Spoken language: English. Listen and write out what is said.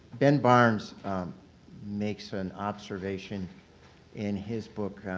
ben barnes makes an observation in his book,